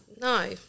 No